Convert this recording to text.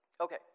Okay